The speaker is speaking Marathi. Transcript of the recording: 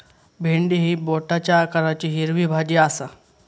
भेंडी ही बोटाच्या आकाराची हिरवी भाजी आसा